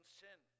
sin